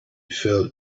fell